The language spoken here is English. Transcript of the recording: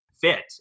fit